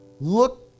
Look